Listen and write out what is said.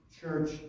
Church